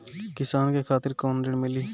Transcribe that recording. किसान के खातिर कौन ऋण मिली?